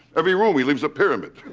every room he leaves a pyramid.